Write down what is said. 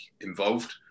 involved